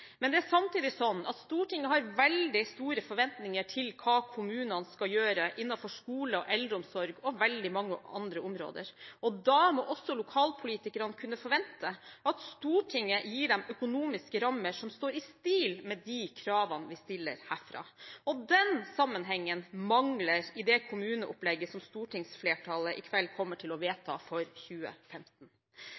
men det er samtidig slik at Stortinget har veldig store forventninger til hva kommunene skal gjøre innenfor skole og eldreomsorg og veldig mange andre områder. Da må også lokalpolitikerne kunne forvente at Stortinget gir dem økonomiske rammer som står i stil med de kravene vi stiller herfra. Den sammenhengen mangler i det kommuneopplegget som stortingsflertallet i kveld kommer til å